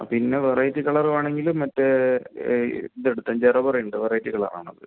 ആ പിന്നെ variety colour വേണമെങ്കിൽ മറ്റെ ഇതെടുത്ത് ജരാബറ ഉണ്ട് വെറൈറ്റീ കളർ ആണ് അത്